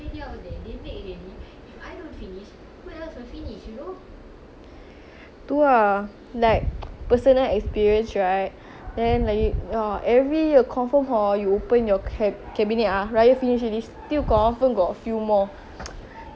tu ah like personal experience right then i~ !wah! every year confirm hor you open your cabinet raya finish already still confirm got a few more then obviously we go people house we ask them top up we helping them finish [what] make their money worth